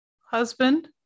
husband